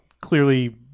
clearly